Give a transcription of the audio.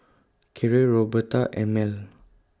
Keira Roberta and Mell